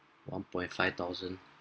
one point five thousand